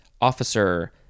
officer